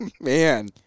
man